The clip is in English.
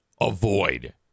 avoid